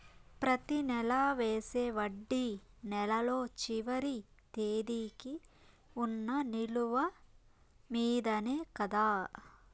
ప్రతి నెల వేసే వడ్డీ నెలలో చివరి తేదీకి వున్న నిలువ మీదనే కదా?